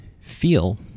feel